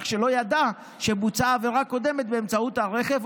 שלא ידע שבוצעה עבירה קודמת באמצעות הרכב,